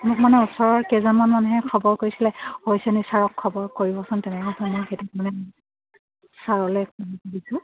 মোক মানে ওচৰৰ কেইজনমান মানুহে খবৰ কৰিছিলে হৈছে নি ছাৰক খবৰ কৰিবচোন তেনেকুৱা সেইটো মানে ছাৰলৈ